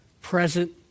present